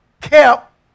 Kept